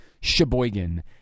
Sheboygan